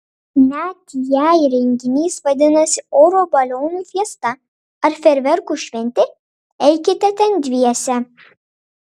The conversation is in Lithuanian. net jei renginys vadinasi oro balionų fiesta ar fejerverkų šventė eikite ten dviese